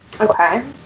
Okay